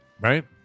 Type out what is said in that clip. Right